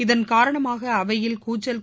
இதன் காரணமாக அவையில் கூச்சலும்